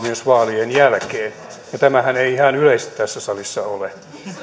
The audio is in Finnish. myös vaalien jälkeen ja tämähän ei ihan yleistä tässä salissa ole